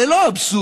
זה לא אבסורד,